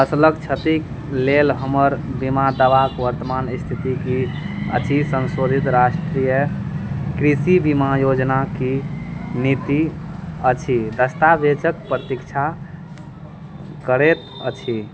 फसलक क्षतिक लेल हमर बीमा दावाक वर्तमान स्थिति की अछि संशोधित राष्ट्रीय कृषि बीमा योजना की नीति अछि दस्तावेजक प्रतीक्षा करैत अछि